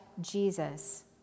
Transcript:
Jesus